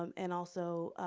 um and also,